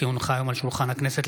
כי הונחו היום על שולחן הכנסת,